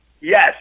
Yes